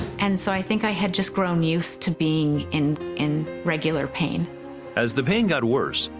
and so i think i had just grown used to being in in regular pain as the pain got worse,